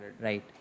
Right